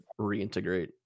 reintegrate